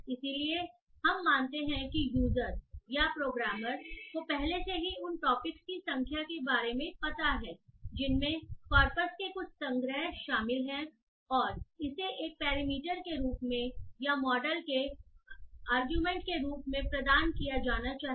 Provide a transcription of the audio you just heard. इसलिए हम मानते हैं कि यूजर या प्रोग्रामर को पहले से ही उन टॉपिक्स की संख्या के बारे में पता है जिनमें कॉर्पस के कुछ संग्रह शामिल हैं और इसे एक पैरामीटर के रूप में या मॉडल के अरगुमेंट के रूप में प्रदान किया जाना चाहिए